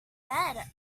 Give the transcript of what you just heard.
bed